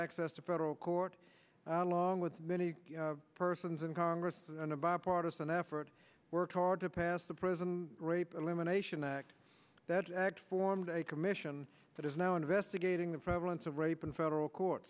access to federal court along with many persons in congress in a bipartisan effort worked hard to pass the prison rape elimination act that act formed a commission that is now investigating the prevalence of rape in federal court